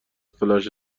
فلاش